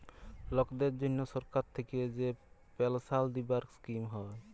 লকদের জনহ সরকার থাক্যে যে পেলসাল দিবার স্কিম হ্যয়